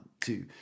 two